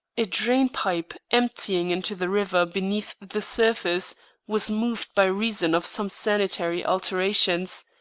a drain pipe emptying into the river beneath the surface was moved by reason of some sanitary alterations,